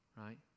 Right